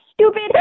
stupid